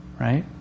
right